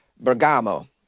Bergamo